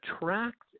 attract